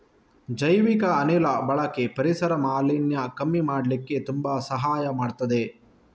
ಜೈವಿಕ ಅನಿಲ ಬಳಕೆ ಪರಿಸರ ಮಾಲಿನ್ಯ ಕಮ್ಮಿ ಮಾಡ್ಲಿಕ್ಕೆ ತುಂಬಾ ಸಹಾಯ ಮಾಡ್ತದೆ